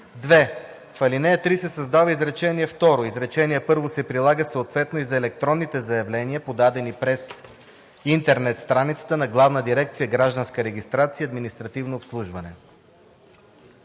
2. В ал. 3 се създава изречение второ: „Изречение първо се прилага съответно и за електронните заявления, подадени през интернет страницата на Главна дирекция „Гражданска регистрация и административно обслужване“.“